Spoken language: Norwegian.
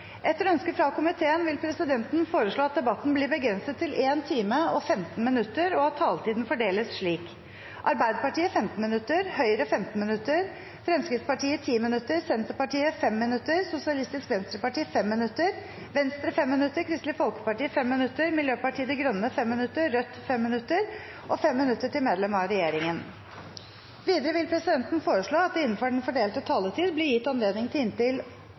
Etter ønske fra energi- og miljøkomiteen vil presidenten foreslå at debatten blir begrenset til 1 time og 15 minutter, og at taletiden blir fordelt slik: Arbeiderpartiet 15 minutter, Høyre 15 minutter, Fremskrittspartiet 10 minutter, Senterpartiet 5 minutter, Sosialistisk Venstreparti 5 minutter, Venstre 5 minutter, Kristelig Folkeparti 5 minutter, Miljøpartiet De Grønne 5 minutter, Rødt 5 minutter og 5 minutter til medlemmer av regjeringen. Videre vil presidenten foreslå at det – innenfor den fordelte taletid – blir gitt anledning til replikkordskifte med inntil